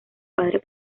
padres